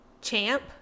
champ